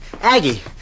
Aggie